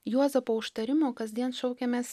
juozapo užtarimo kasdien šaukiamės